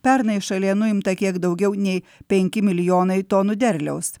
pernai šalyje nuimta kiek daugiau nei penki milijonai tonų derliaus